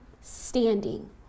Standing